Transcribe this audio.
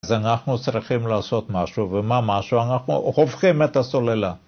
אז אנחנו צריכים לעשות משהו, ומה משהו? אנחנו הופכים את הסוללה.